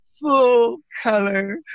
full-color